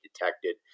detected